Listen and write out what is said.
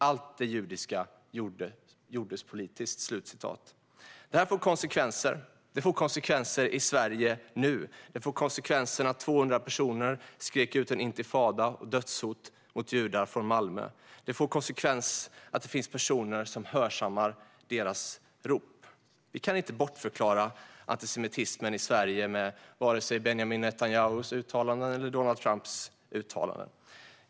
Allt det judiska gjordes politiskt." Det här får konsekvenser. Det får konsekvenser i Sverige nu. Det får konsekvensen att 200 personer skriker ut en intifada och dödshot mot judar från Malmö. Det får också som konsekvens att det finns personer som hörsammar deras rop. Vi kan inte bortförklara antisemitismen i Sverige med vare sig Benjamin Netanyahus eller Donald Trumps uttalanden.